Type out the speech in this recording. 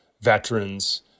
veterans